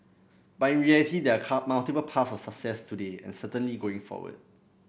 but in reality there are multiple path of success today and certainly going forward